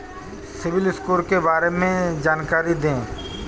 CIBIL score के बारे में जानकारी दें?